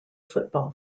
football